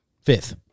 fifth